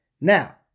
Now